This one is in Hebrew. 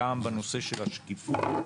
בנושא של השקיפות,